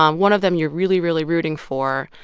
um one of them you're really, really rooting for,